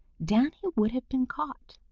danny would have been caught.